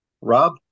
Rob